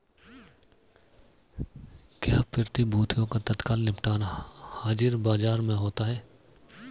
क्या प्रतिभूतियों का तत्काल निपटान हाज़िर बाजार में होता है?